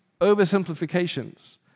oversimplifications